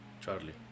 Charlie